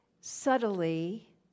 subtly